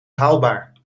haalbaar